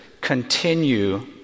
continue